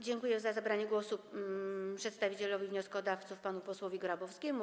Dziękuję za zabranie głosu przedstawicielowi wnioskodawców panu posłowi Grabowskiemu.